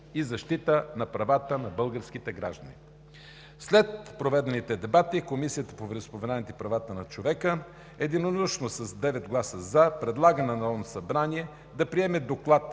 за защита на правата на българските граждани. След проведените дебати Комисията по вероизповеданията и правата на човека единодушно, с 9 гласа „за“ предлага на Народното събрание да приеме Доклад